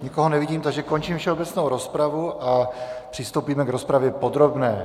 Nikoho nevidím, takže končím všeobecnou rozpravu a přistoupíme k rozpravě podrobné.